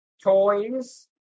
toys